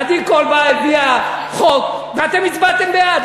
עדי קול באה, הביאה חוק, ואתם הצבעתם בעד.